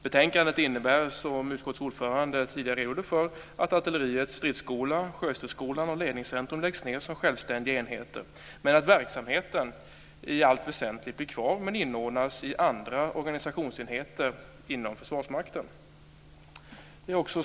Betänkandet innebär, som utskottets ordförande tidigare redogjorde för, att Artilleriets stridsskola, Sjöstridsskolan och Ledningscentrum läggs ned som självständiga enheter men att verksamheten i allt väsentligt blir kvar - dock inordnas den i andra organisationsenheter inom Försvarsmakten.